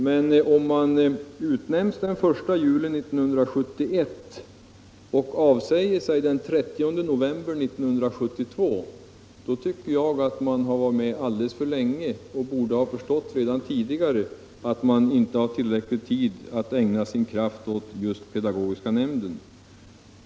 Men om någon utnämns den 1 juli 1971 och avsäger sig den 30 november 1972 tycker jag att vederbörande har varit med alldeles för länge och borde ha förstått redan tidigare att han inte hade tillräckligt med tid och kraft att ägna åt pedagogiska nämndens arbete.